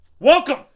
Welcome